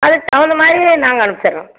அதுக்கு தகுந்த மாதிரி நாங்கள் அனுப்ச்சிடுறோம்